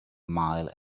mile